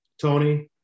Tony